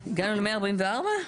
הגענו ל-144?